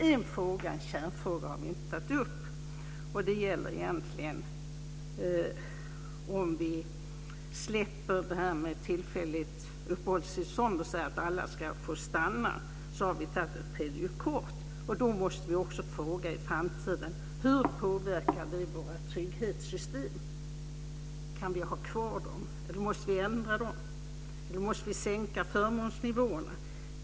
En kärnfråga har vi inte tagit upp, och det gäller egentligen om vi släpper det här med tillfälligt uppehållstillstånd och säger att alla ska få stanna. Då har vi tagit ett prejudikat, och vi måste fråga i framtiden: Hur påverkar det våra trygghetssystem? Kan vi ha kvar dem eller måste vi ändra dem? Måste vi sänka förmånsnivåerna?